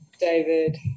David